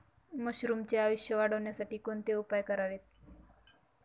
मशरुमचे आयुष्य वाढवण्यासाठी कोणते उपाय करावेत?